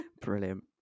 Brilliant